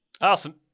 Awesome